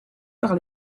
par